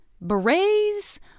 berets